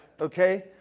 okay